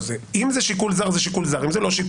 אם זה שיקול זר, זה שיקול זר.